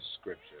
scripture